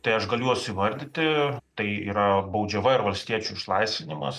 tai aš galiu juos įvardyti tai yra baudžiava ir valstiečių išlaisvinimas